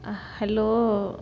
आह हेलो